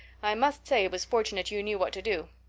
i must say it was fortunate you knew what to do.